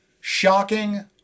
Shocking